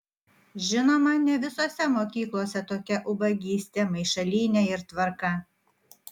žinoma ne visose mokyklose tokia ubagystė maišalynė ir tvarka